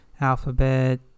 Alphabet